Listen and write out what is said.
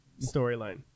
storyline